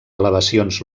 elevacions